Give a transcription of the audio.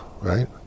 right